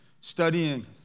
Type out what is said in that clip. studying